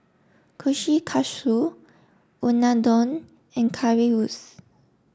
Kushikatsu Unadon and Currywurst